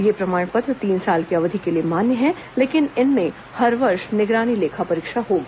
ये प्रमाण पत्र तीन साल की अवधि के लिए मान्य है लेकिन इनमें हर वर्ष निगरानी लेखा परीक्षा होगी